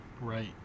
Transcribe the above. Right